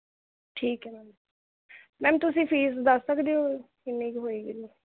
ਠੀਕ ਹੈ ma'am ma'am ਤੁਸੀਂ ਫ਼ੀਸ ਦੱਸ ਸਕਦੇ ਹੋ ਕਿੰਨੀ ਕੁ ਹੋਏਗੀ